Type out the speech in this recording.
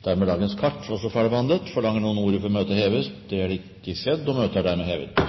Er det noen som forlanger ordet før møtet heves? – Møtet er hevet.